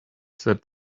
said